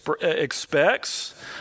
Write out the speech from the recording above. expects